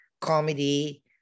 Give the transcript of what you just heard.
comedy